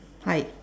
hi